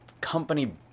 company